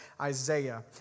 Isaiah